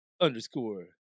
underscore